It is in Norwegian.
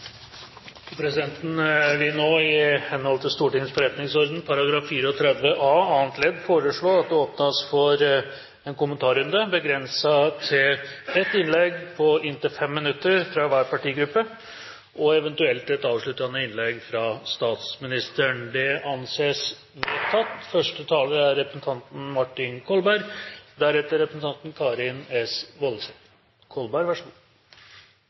Presidenten vil nå i henhold til Stortingets forretningsorden § 34 a annet ledd foreslå at det åpnes for en kommentarrunde, begrenset til ett innlegg på inntil 5 minutter fra hver partigruppe og eventuelt et avsluttende innlegg fra statsministeren. – Det anses vedtatt. Norge skal ta ansvar utover seg selv, men for å kunne bidra effektivt er vi avhengige av god